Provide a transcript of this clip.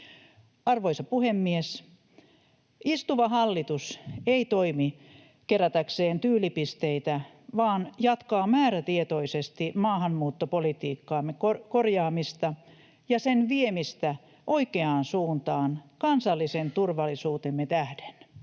Arvoisa puhemies! Istuva hallitus ei toimi kerätäkseen tyylipisteitä vaan jatkaa määrätietoisesti maahanmuuttopolitiikkamme korjaamista ja sen viemistä oikeaan suuntaan kansallisen turvallisuutemme tähden.